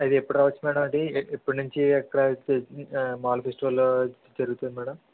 అయితే ఎప్పడు రావొచ్చు మ్యాడం అది ఎ ఎప్పట్నుంచి ఎక్కడ మాములు ఫెస్టివల్ జరుగుతుంది మ్యాడం